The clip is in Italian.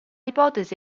ipotesi